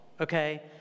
okay